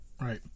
Right